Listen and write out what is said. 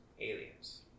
aliens